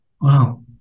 Wow